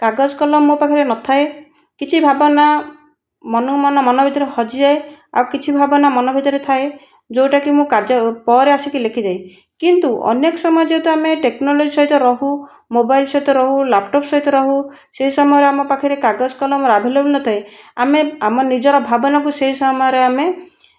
କାଗଜ କଲମ ମୋ' ପାଖରେ ନଥାଏ କିଛି ଭାବନା ମନକୁ ମନ ମନ ଭିତରୁ ହଜିଯାଏ ଆଉ କିଛି ଭାବନା ମନ ଭିତରେ ଥାଏ ଯେଉଁଟାକି ମୁଁ କାର୍ଯ୍ୟ ପରେ ଆସିକି ଲେଖିଦିଏ କିନ୍ତୁ ଅନେକ ସମୟ ଯେହେତୁ ଆମେ ଟେକ୍ନୋଲୋଜି ସହିତ ରହୁ ମୋବାଇଲ ସହିତ ରହୁ ଲ୍ୟାପଟପ୍ ସହିତ ରହୁ ସେହି ସମୟରେ ଆମ ପାଖରେ କାଗଜ କଲମ ଆଭେଲେବଲ୍ ନଥାଏ ଆମେ ଆମ ନିଜର ଭାବନାକୁ ସେଇ ସମୟରେ ଆମେ